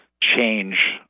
Change